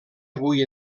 avui